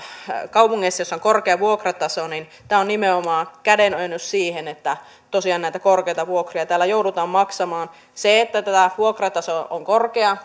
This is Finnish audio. kaupungeissa joissa on korkea vuokrataso tämä on nimenomaan kädenojennus siihen että tosiaan näitä korkeita vuokria siellä joudutaan maksamaan kun tämä vuokrataso on korkea